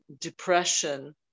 depression